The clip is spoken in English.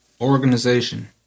Organization